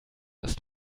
ist